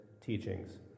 teachings